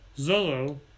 Zolo